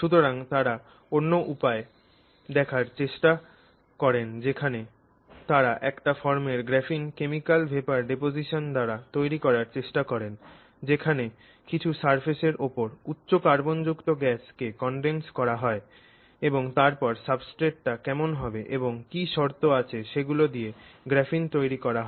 সুতরাং তারা অন্য উপায় দেখার চেষ্টা করেন যেখানে তারা একটা ফর্মের গ্রাফিন কেমিকাল ভেপার ডিপোজিশন দ্বারা তৈরি করার চেষ্টা করেন যেখানে কিছু সারফেসের ওপর উচ্চ কার্বনযুক্ত গ্যাস কে কনডেন্স করা হয় এবং তারপর সাবস্ট্রেট টা কেমন হবে এবং কি শর্ত আছে সেগুলো দিয়ে গ্রাফিন তৈরি করা হয়